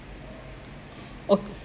oh